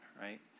right